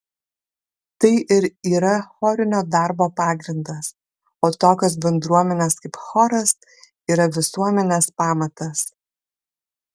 tai ir yra chorinio darbo pagrindas o tokios bendruomenės kaip choras yra visuomenės pamatas